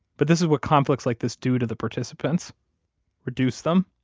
but this is what conflicts like this do to the participants reduce them